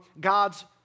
God's